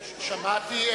שמעתי.